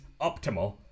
optimal